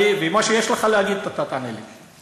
ומה שיש לך להגיד אתה תענה לי.